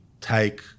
take